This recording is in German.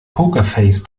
pokerface